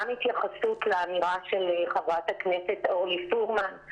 גם התייחסות לאמירה של חברת הכנסת אורלי פרומן,